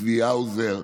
צבי האוזר,